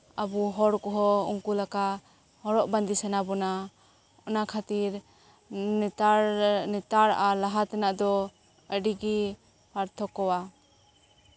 ᱟᱵᱚ ᱦᱚᱲ ᱠᱚᱦᱚᱸ ᱩᱱᱠᱩ ᱞᱮᱠᱟ ᱦᱚᱨᱚᱜ ᱵᱟᱸᱫᱮ ᱥᱟᱱᱟ ᱵᱚᱱᱟ ᱚᱱᱟ ᱠᱷᱟᱹᱛᱤᱨ ᱱᱮᱛᱟᱨ ᱟᱨ ᱞᱟᱦᱟ ᱛᱮᱱᱟᱜ ᱫᱚ ᱟᱹᱰᱤ ᱜᱮ ᱯᱟᱨᱛᱷᱚᱠᱽᱠᱚᱼᱟ